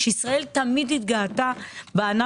שישראל תמיד התגאתה בו.